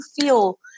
feel